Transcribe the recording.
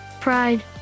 pride